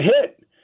hit